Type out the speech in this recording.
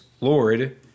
Lord